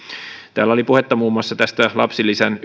täällä oli puhetta muun muassa tästä lapsilisän